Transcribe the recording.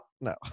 no